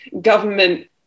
government